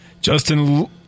Justin